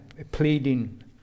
pleading